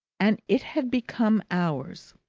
and it had become ours.